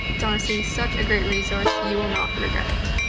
it's honestly such a great resource, you will not regret it.